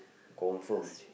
confirm